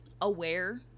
aware